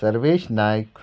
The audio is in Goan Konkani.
सर्वेश नायक